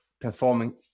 performing